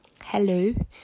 Hello